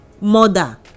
mother